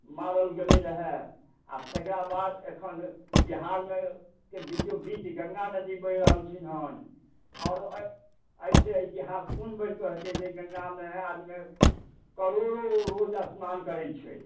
मारल गेल रहए आ तेकरा बाद एखन बिहारमेके बीचो बीच गङ्गा नदी बहि रहलखिन हन औओरो एहिसे इतिहास कोन बढ़िकऽ होयतै जे गङ्गामे आदमी करोड़ो रोज स्नान करैत छै